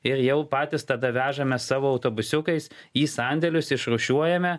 ir jau patys tada vežame savo autobusiukais į sandėlius išrūšiuojame